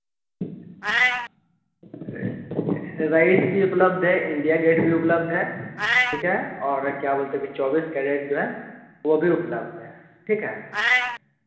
rice भी उपलब्ध हैं इंडिया गेट भी उपलब्ध है ठीक है और क्या बोलते है कि चौबीस कैरेट जो है वह भी उपलब्ध है ठीक है